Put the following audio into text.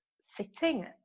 sitting